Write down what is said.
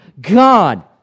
God